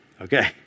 Okay